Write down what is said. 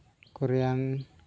ᱠᱚᱨᱮᱭᱟᱝ